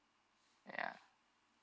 ya